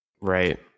right